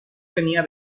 tenía